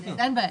אין בעיה.